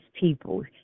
people